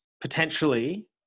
potentially